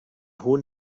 hohen